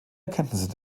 erkenntnisse